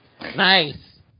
nice